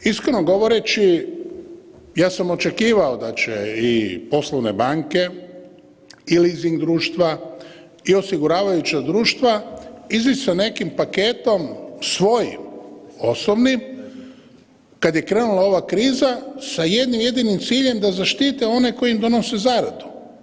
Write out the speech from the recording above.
Iskreno govoreći ja sam očekivao da će i poslovne banke i leasing društva i osiguravajuća društva izići sa nekim paketom svojim osobnim kad je krenula ova kriza sa jednim jedinim ciljem da zaštite one koji im donose zaradu.